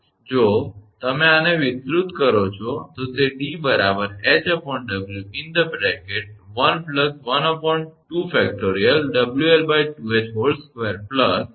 જો તમે આને વિસ્તૃત કરો છો તો તે 𝑑 𝐻𝑊1 12